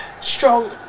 strong